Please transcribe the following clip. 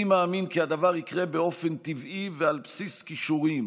אני מאמין כי הדבר יקרה באופן טבעי ועל בסיס כישורים,